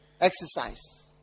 Exercise